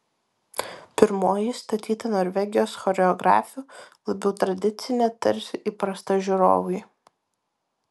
pirmoji statyta norvegijos choreografių labiau tradicinė tarsi įprasta žiūrovui